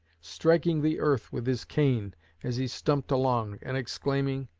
striking the earth with his cane as he stumped along, and exclaiming,